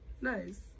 Nice